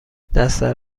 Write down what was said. دستت